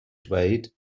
dweud